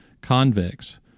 convicts